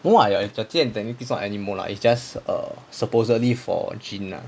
no [what] it's the 剑 technically not for anemo it's just err supposedly for jean lah